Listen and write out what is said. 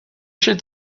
should